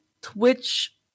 Twitch